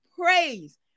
praise